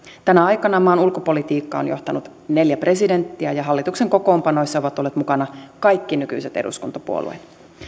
tänä aikana maan ulkopolitiikkaa on johtanut neljä presidenttiä ja hallituksen kokoonpanoissa ovat olleet mukana kaikki nykyiset eduskuntapuolueet